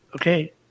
okay